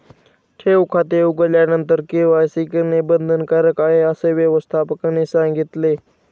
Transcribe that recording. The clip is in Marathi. ठेव खाते उघडल्यानंतर के.वाय.सी करणे बंधनकारक आहे, असे व्यवस्थापकाने सांगितले